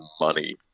money